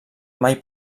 mai